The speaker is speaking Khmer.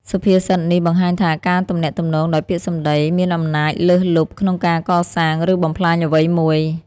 សុភាសិតនេះបង្ហាញថាការទំនាក់ទំនងដោយពាក្យសម្ដី មានអំណាចលើសលប់ក្នុងការកសាង ឬបំផ្លាញអ្វីមួយ។